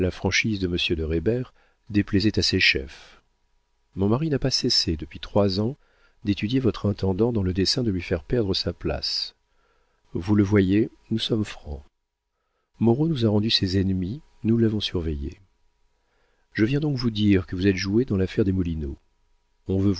la franchise de monsieur de reybert déplaisaient à ses chefs mon mari n'a pas cessé depuis trois ans d'étudier votre intendant dans le dessein de lui faire perdre sa place vous le voyez nous sommes francs moreau nous a rendus ses ennemis nous l'avons surveillé je viens donc vous dire que vous êtes joué dans l'affaire des moulineaux on veut